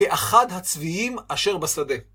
כאחד הצביים אשר בשדה.